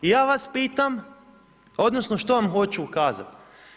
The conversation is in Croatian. I ja vas pitam, odnosno, što vam hoću ukazati.